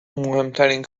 مهمترین